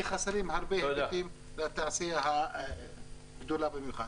כי חסרים הרבה היבטים בתעשייה הגדולה במיוחד.